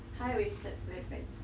high waisted flare pants